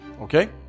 Okay